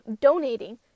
donating